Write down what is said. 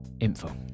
info